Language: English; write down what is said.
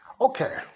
okay